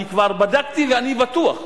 אני כבר בדקתי ואני בטוח,